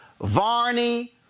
Varney